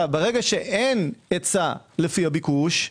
ברגע שאין היצע לפי הביקוש,